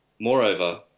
Moreover